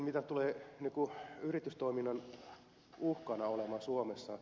mikä tulee olemaan yritystoiminnan uhkana suomessa